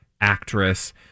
actress